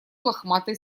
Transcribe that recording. лохматый